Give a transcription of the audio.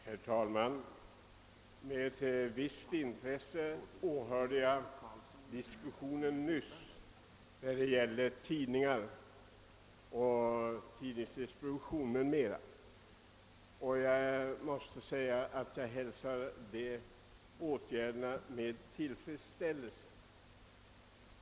Herr talman! Det var med visst intresse som jag för en stund sedan lyssnade till diskussionen om tidningar och tidningsdistribution, och de åtgärder som då aviserades hälsar jag med tillfredsställelse.